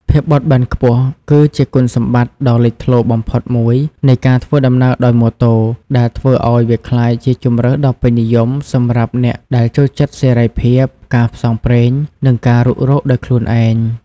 ភាពបត់បែនខ្ពស់ គឺជាគុណសម្បត្តិដ៏លេចធ្លោបំផុតមួយនៃការធ្វើដំណើរដោយម៉ូតូ ដែលធ្វើឱ្យវាក្លាយជាជម្រើសដ៏ពេញនិយមសម្រាប់អ្នកដែលចូលចិត្តសេរីភាព ការផ្សងព្រេង និងការរុករកដោយខ្លួនឯង។